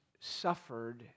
Suffered